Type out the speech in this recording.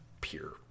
pure